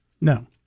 No